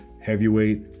heavyweight